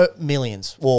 Millions